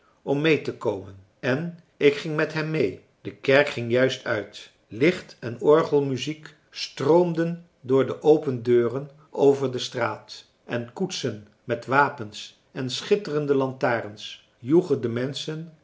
om mee te komen en ik ging met hem mee de kerk ging juist uit licht en orgelmuziek stroomden door de open deuren over de straat en koetsen met wapens en schitterende lantarens joegen de menschen